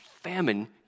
famine